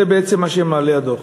זה בעצם מה שמעלה הדוח.